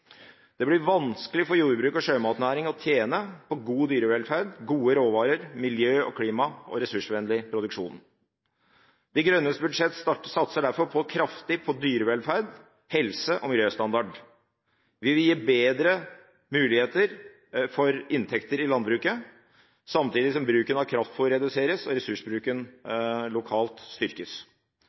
Det blir vanskelig for jordbruket og sjømatnæringen å tjene på god dyrevelferd, gode råvarer, miljø, klima og ressursvennlig produksjon. Miljøpartiet De Grønnes budsjett satser derfor kraftig på dyrevelferd, helse og miljøstandard. Vi vil gi bedre muligheter for inntekter i landbruket samtidig som bruken av kraftfôr reduseres og ressursbruken lokalt styrkes.